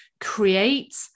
create